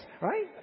right